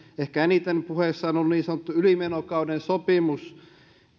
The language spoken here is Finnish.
ehkä eniten puheissa on ollut niin sanottu ylimenokauden sopimus